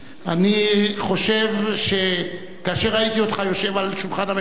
אני חושב שכאשר ראיתי אותך יושב אל שולחן הממשלה,